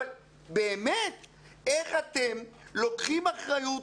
אבל באמת איך אתם לוקחים אחריות